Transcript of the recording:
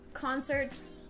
Concerts